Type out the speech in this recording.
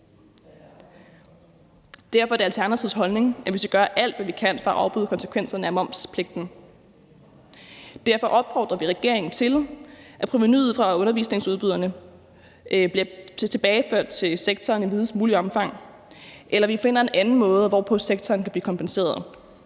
Derfor er det Alternativets holdning, at vi skal gøre alt, hvad vi kan for at afbøde konsekvenserne af momspligten. Derfor opfordrer vi regeringen til, at provenuet fra undervisningsudbyderne bliver tilbageført til sektoren i videst muligt omfang, eller at vi finder en anden måde, hvorpå sektoren kan blive kompenseret.